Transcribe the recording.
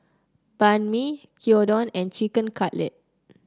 Banh Mi Gyudon and Chicken Cutlet